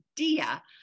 idea